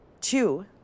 two